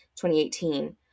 2018